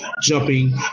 jumping